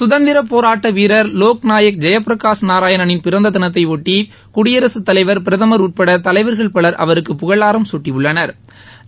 சுதந்திரப் போராட்ட வீரர் வோக் நாயக் ஜெயபிரகாஷ் நாராயணனின் பிறந்த தினத்தையொட்டி குடியரசுத் தலைவா் பிரதமா் உட்பட்ட தலைவா்கள் பவா் அவருக்கு புகழாரம் சூட்டியுள்ளனா்